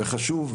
וזה חשוב.